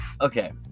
Okay